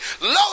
low